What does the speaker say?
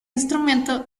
instrumento